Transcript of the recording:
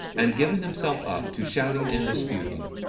and given himself up to shouting and disputing.